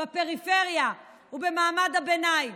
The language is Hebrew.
בפריפריה ובמעמד הביניים.